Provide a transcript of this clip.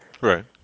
right